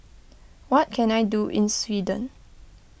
what can I do in Sweden